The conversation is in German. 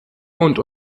und